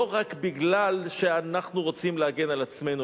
לא רק בגלל שאנחנו רוצים להגן על עצמנו,